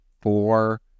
four